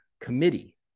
committee